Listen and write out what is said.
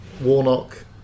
Warnock